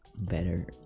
Better